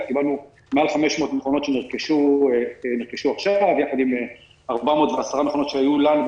קיבלנו מעל 500 מכונות שנרכשו עכשיו יחד עם 410 מכונות שהיו לנו,